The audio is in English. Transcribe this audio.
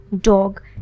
Dog